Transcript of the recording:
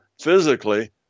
physically